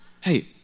Hey